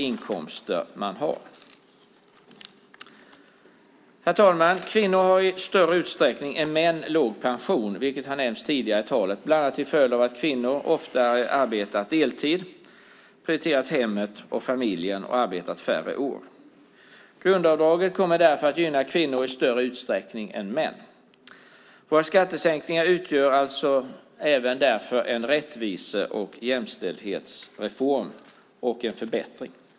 Som nämnts tidigare har kvinnor i större utsträckning än män låg pension, bland annat till följd av att kvinnor oftare arbetat deltid, prioriterat hemmet och familjen, och därmed förvärvsarbetat färre antal år. Grundavdraget kommer därför att gynna kvinnor i större utsträckning än män. Våra skattesänkningar utgör därför även en rättvise och jämställdhetsreform samt en förbättring.